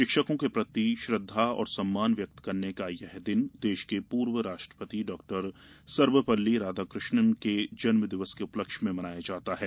शिक्षकों के प्रति श्रद्धा और सम्मान व्यक्त करने का यह दिन देश के पूर्व राष्ट्रपति डॉक्टर सर्वपल्ली राधाकृष्णन के जन्मदिवस के उपलक्ष्य में मनाया जाता है